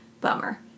Bummer